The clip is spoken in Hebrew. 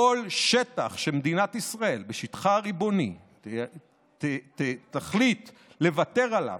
כל שטח שמדינת ישראל בשטחה הריבוני תחליט לוותר עליו,